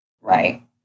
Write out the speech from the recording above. Right